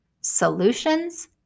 solutions